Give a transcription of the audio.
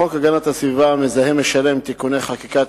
חוק הגנת הסביבה (המזהם משלם) (תיקוני חקיקה),